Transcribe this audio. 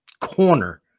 corner